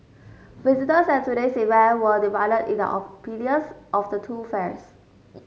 visitors at today's event were divided in their opinions of the two fairs